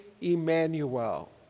Emmanuel